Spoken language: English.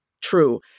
true